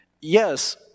yes